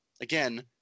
again